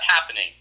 happening